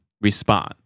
respond